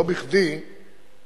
אתם